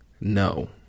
no